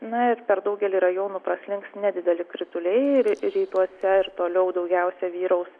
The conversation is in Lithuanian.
na ir per daugelį rajonų praslinks nedideli krituliai ry rytuose ir toliau daugiausia vyraus